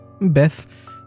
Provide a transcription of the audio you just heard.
Beth